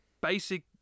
basic